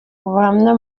ubuhamya